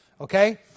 Okay